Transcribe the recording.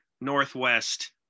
Northwest